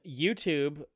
youtube